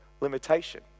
limitation